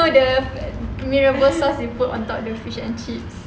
no the mi rebus sauce we put on top of the fish and chips